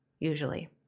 usually